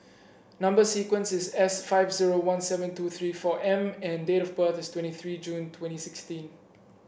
number sequence is S five zero one seven two three four M and date of birth is twenty three June twenty sixteen